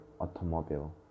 automobile